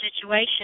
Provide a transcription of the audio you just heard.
situation